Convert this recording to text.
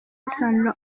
risobanura